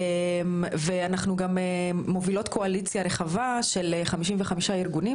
ואנחנו גם מובילות קואליציה רחבה של 55 ארגונים,